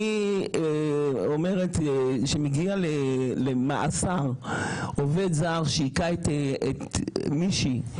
מגיע למאסר עובד זר שהיכה מישהי,